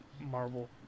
Marvel